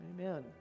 Amen